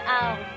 out